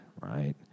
right